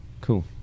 cool